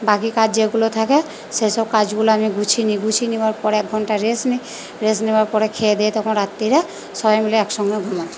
বাকি কাজ যেগুলো থাকে সেসব কাজগুলো আমি গুছিয়ে নিই গুছিয়ে নেওয়ার পরে এক ঘন্টা রেস্ট নিই রেস্ট নেওয়ার পরে খেয়ে দেয়ে তখন রাত্তিরে সবাই মিলে একসঙ্গে ঘুমাই